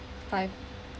five